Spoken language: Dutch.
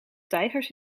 tijgers